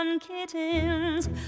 kittens